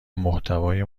محتوای